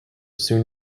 soon